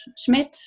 Schmidt